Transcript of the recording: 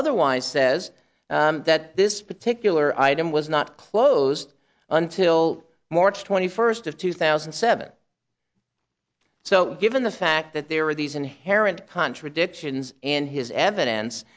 otherwise says that this particular item was not closed until march twenty first of two thousand and seven so given the fact that there are these inherent contradictions in his evidence